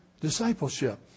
Discipleship